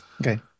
okay